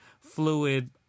fluid